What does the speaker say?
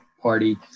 party